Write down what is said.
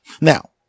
now